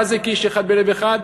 מה זה "כאיש אחד בלב אחד"?